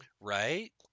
Right